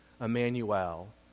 Emmanuel